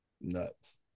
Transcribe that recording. Nuts